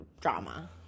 drama